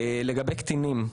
לגבי קטינים,